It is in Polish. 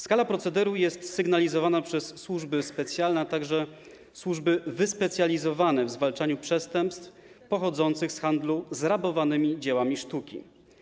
Skala procederu jest sygnalizowana przez służby specjalne, a także służby wyspecjalizowane w zwalczaniu przestępstw pochodzących z handlu zrabowanymi dziełami sztuki.